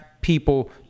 people